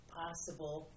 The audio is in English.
possible